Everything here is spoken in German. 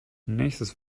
nächstes